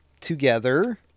together